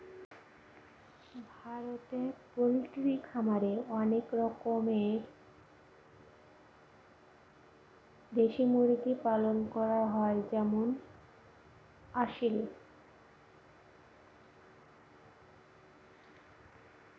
ভারতে পোল্ট্রি খামারে অনেক রকমের দেশি মুরগি পালন হয় যেমন আসিল